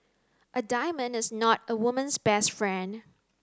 a diamond is not a woman's best friend